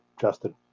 Justin